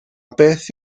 beth